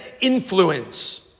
influence